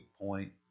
Point